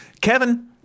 Kevin